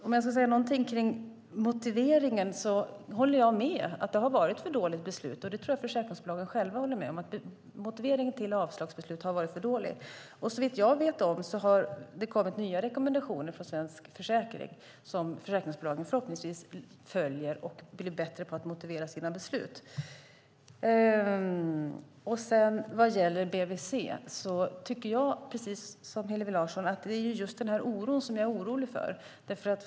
Om jag ska säga något om motiveringarna håller jag med om, och det tror jag också att försäkringsbolagen själva håller med om, att motiveringarna till avslagsbesluten har varit för dåliga. Såvitt jag vet har det kommit nya rekommendationer från Svensk försäkring som försäkringsbolagen förhoppningsvis följer så att de blir bättre på att motivera sina beslut. Vad gäller bvc tycker jag, precis som Hillevi Larsson, att det är just oron som är oroande.